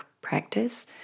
practice